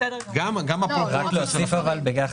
מבטלים את הטבעת?